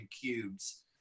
cubes